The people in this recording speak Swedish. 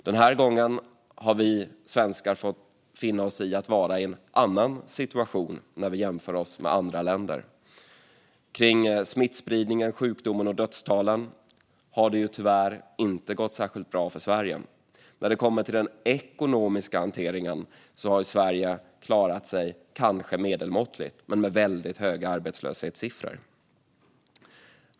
Den här gången har vi svenskar fått finna oss i att vara i en annan situation när vi jämför oss med andra länder. I fråga om smittspridningen, sjukdomen och dödstalen har det tyvärr inte gått särskilt bra för Sverige. När det kommer till den ekonomiska hanteringen har Sverige klarat sig kanske medelmåttigt men med höga arbetslöshetssiffror.